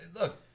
Look